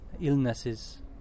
illnesses